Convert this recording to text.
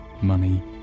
money